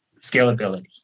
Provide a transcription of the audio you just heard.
Scalability